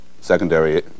secondary